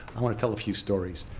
i want to tell a few stories